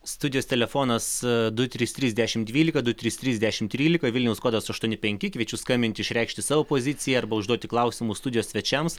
studijos telefonas du trys trys dešimt dvylika du trys trys dešimt trylika vilniaus kodas aštuoni penki kviečiu skambinti išreikšti savo poziciją arba užduoti klausimų studijos svečiams